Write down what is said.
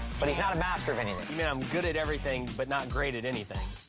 but he's not a master of anything. you mean i'm good at everything, but not great at anything.